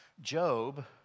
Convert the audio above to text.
Job